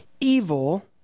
evil